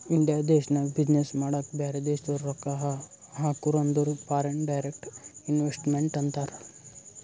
India ದೇಶ್ನಾಗ business ಮಾಡಾಕ ಬ್ಯಾರೆ ದೇಶದವ್ರು ರೊಕ್ಕಾ ಹಾಕುರ್ ಅಂದುರ್ ಫಾರಿನ್ ಡೈರೆಕ್ಟ್ ಇನ್ವೆಸ್ಟ್ಮೆಂಟ್ ಅಂತಾರ್